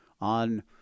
on